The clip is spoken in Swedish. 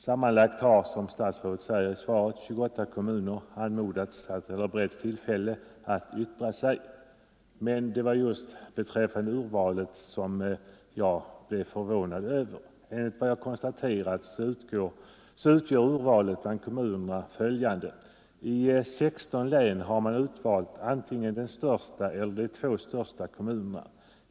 Sammanlagt har, som statsrådet säger i svaret, 28 kommuner beretts tillfälle att yttra sig. Det var just över urvalet jag blev förvånad. Jag har konstaterat att urvalet bland kommunerna är följande: I 16 län har man utvalt antingen den största eller de två största kommunerna.